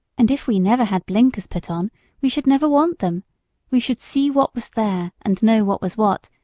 and if we never had blinkers put on we should never want them we should see what was there, and know what was what,